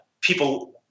people